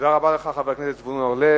תודה רבה לך, חבר הכנסת זבולון אורלב,